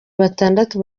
batandatu